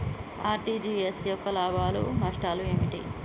RTGS యొక్క లాభాలు నష్టాలు ఏమిటి?